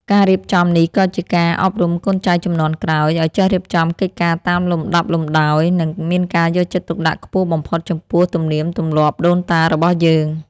ការរៀបចំនេះក៏ជាការអប់រំកូនចៅជំនាន់ក្រោយឱ្យចេះរៀបចំកិច្ចការតាមលំដាប់លំដោយ និង មានការយកចិត្តទុកដាក់ខ្ពស់បំផុតចំពោះទំនៀមទម្លាប់ដូនតារបស់យើង។